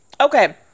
Okay